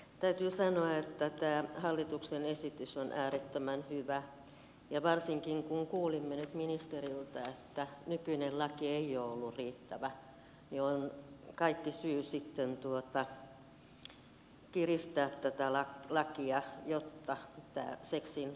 täytyy sanoa että tämä hallituksen esitys on äärettömän hyvä ja varsinkin kun kuulimme nyt ministeriltä että nykyinen laki ei ole ollut riittävä on kaikki syy sitten kiristää tätä lakia jotta tämä seksinostokielto toteutuisi täydellisesti